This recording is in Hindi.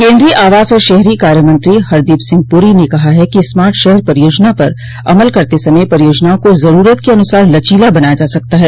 केन्द्रीय आवास और शहरी कार्य मंत्री हरदीप सिंह पुरी ने कहा है कि स्मार्ट शहर परियोजना पर अमल करते समय परियोजनाओं को जरूरत के अनुसार लचीला बनाया जा सकता है